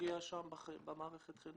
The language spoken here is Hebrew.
הפדגוגיה במערכת החינוך?